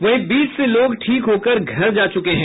वहीं बीस लोग ठीक होकर घर जा चुके हैं